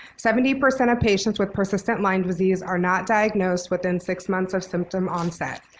seventy percent f patients with persistent lyme disease are not diagnosed within six months of symptom onset.